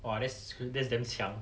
!wah! that's that's damn 强